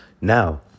now